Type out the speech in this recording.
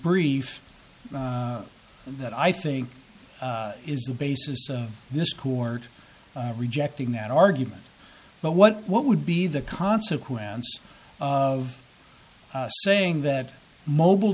brief that i think is the basis of this court rejecting that argument but what what would be the consequence of saying that mobile